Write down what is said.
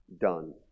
done